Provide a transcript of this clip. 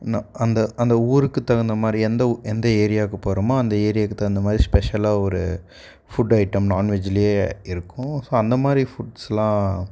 அந்த அந்த அந்த ஊருக்குத் தகுந்த மாதிரி எந்த எந்த ஏரியாவுக்கு போகிறோமோ அந்த ஏரியாவுக்கு தகுந்த மாதிரி ஸ்பெஷலாக ஒரு ஃபுட் ஐட்டம் நான்வெஜ்லேயே இருக்கும் ஸோ அந்தமாதிரி ஃபுட்ஸெலாம்